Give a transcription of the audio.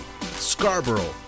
scarborough